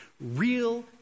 real